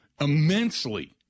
immensely